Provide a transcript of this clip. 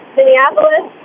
Minneapolis